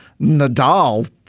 Nadal